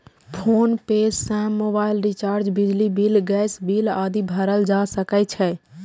PhonePe सं mobile recharge, बिजली bill, gas bill आदि भरल जा सकै छै